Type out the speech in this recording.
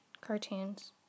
cartoons